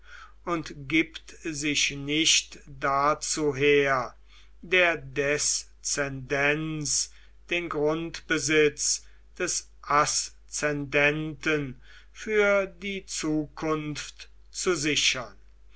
und gibt sich nicht dazu her der deszendenz den grundbesitz des aszendenten für die zukunft zu sichern